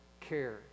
care